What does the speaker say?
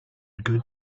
good